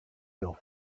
los